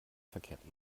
verkehrt